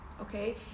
okay